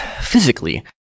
physically